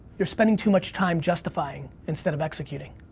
you're spending to much time justifying, instead of executing.